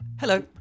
Hello